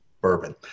bourbon